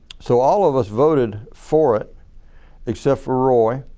so all of us voted for it except for roy